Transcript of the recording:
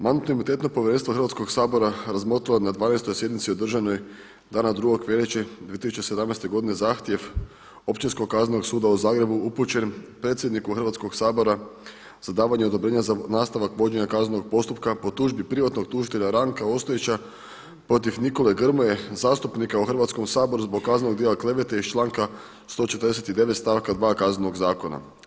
Mandatno-imunitetno povjerenstvo Hrvatskog sabora razmotrilo je na 12. sjednici održanoj dana 2. veljače 2017. godine zahtjev Općinskog kaznenog suda u Zagrebu upućen predsjedniku Hrvatskog sabora za davanje odobrenja za nastavak vođenja kaznenog postupka po tužbi privatnog tužitelja Ranka Ostojića protiv Nikole Grmoje zastupnika u Hrvatskom saboru zbog kaznenog djela klevete iz članka 149. stavka 2. Kaznenog zakona.